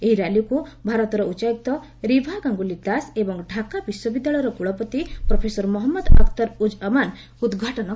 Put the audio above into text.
ଏହି ର୍ୟାଲିକୁ ଭାରତର ଉଚ୍ଚାୟୁକ୍ତ ରିଭା ଗାଙ୍ଗୁଲି ଦାସ ଏବଂ ଢାକା ବିଶ୍ୱବିଦ୍ୟାଳୟର କୁଳପତି ପ୍ରଫେସର ମହମ୍ମଦ ଅଖତାର ଉଜ୍ ଜମାନ ଉଦ୍ଘାଟନ କରିଥିଲେ